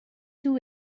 too